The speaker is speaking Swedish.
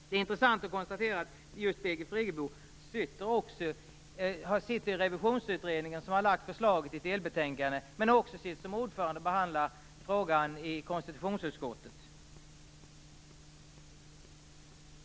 Det är intressant att konstatera att just Birgit Friggebo sitter i Revisionsutredningen, som har lagt fram förslaget i ett delbetänkande, samtidigt som hon också sitter som ordförande och behandlar frågan i konstitutionsutskottet.